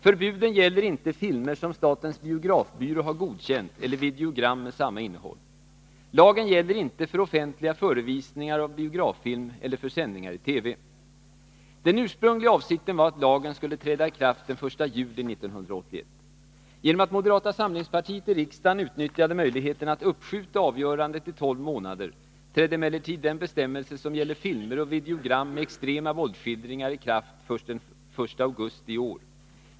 Förbuden gäller inte filmer som statens biografbyrå har godkänt eller videogram med samma innehåll. Lagen gäller inte för offentliga förevisningar av biograffilm eller för sändningar i TV: Den ursprungliga avsikten var att lagen skulle träda i kraft den 1 juli 1981. Genom att moderata samlingspartiet i riksdagen utnyttjade möjligheten att uppskjuta avgörandet i tolv månader trädde emellertid den bestämmelse som gäller filmer och videogram med extrema våldsskildringar i kraft först den 1 augusti i år.